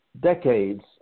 decades